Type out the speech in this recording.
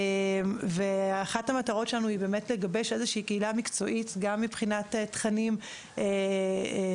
אחת המטרות שלנו היא לגבש קהילה מקצועית גם מבחינת תכנים מקצועיים,